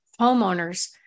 homeowners